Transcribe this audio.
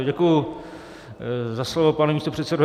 Děkuji za slovo, pane místopředsedo.